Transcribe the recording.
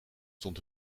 stond